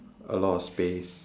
a lot of space